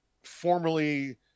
Formerly